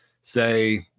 say